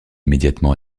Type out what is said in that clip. immédiatement